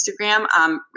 Instagram